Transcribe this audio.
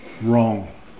wrong